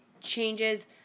changes